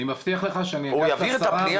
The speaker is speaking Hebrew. אני מבטיח לך שאני אעביר את זה לשרה